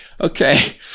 Okay